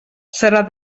serà